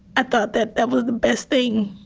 i thought that that was the best thing.